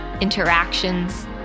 interactions